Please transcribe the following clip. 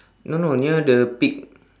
no no near the pig